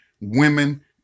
women